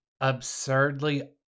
absurdly